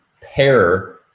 pair